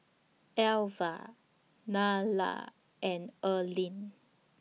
Elva Nylah and Erling